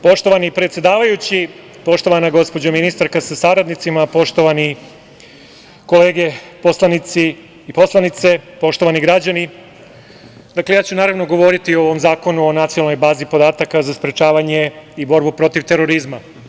Poštovani predsedavajući, poštovana gospođo ministarka sa saradnicima, poštovane kolege poslanici i poslanice, poštovani građani, ja ću govoriti o ovom zakonu o Nacionalnoj bazi podataka za sprečavanje i borbu protiv terorizma.